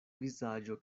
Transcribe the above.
vizaĝo